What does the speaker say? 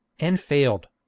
and failed.